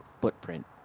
footprint